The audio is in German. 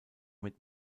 mit